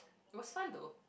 it was fun though